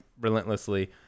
relentlessly